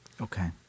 Okay